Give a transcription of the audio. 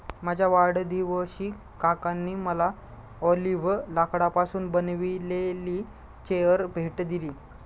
माझ्या वाढदिवशी काकांनी मला ऑलिव्ह लाकडापासून बनविलेली चेअर भेट दिली